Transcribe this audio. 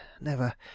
never